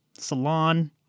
salon